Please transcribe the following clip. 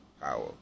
power